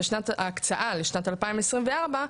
ההקצאה לשנת 2024,